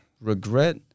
regret